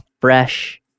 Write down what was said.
fresh